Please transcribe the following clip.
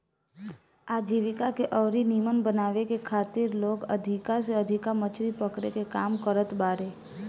आजीविका के अउरी नीमन बनावे के खातिर लोग अधिका से अधिका मछरी पकड़े के काम करत बारे